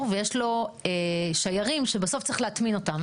ויש לו שיירים שבסוף צריך להטמין אותם.